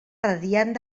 radiant